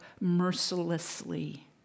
mercilessly